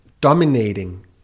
dominating